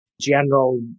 general